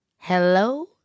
hello